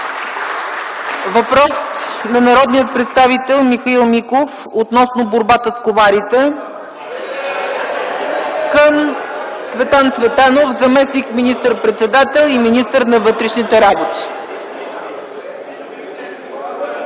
Въпрос на народния представител Михаил Миков относно борбата с комарите (смях) към Цветан Цветанов - заместник министър-председател и министър на вътрешните работи.